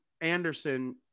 Anderson